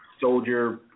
soldier